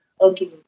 Okay